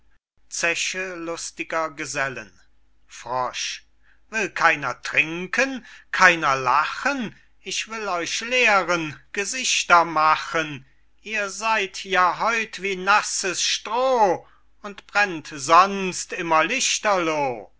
zeche lustiger gesellen will keiner trinken keiner lachen ich will euch lehren gesichter machen ihr seyd ja heut wie nasses stroh und brennt sonst immer